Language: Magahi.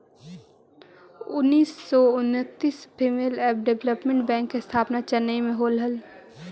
उन्नीस सौ उन्नितिस फीमेल एंड डेवलपमेंट बैंक के स्थापना चेन्नई में होलइ हल